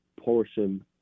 portion